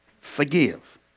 Forgive